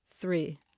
Three